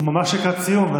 הוא ממש לקראת סיום.